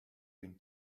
been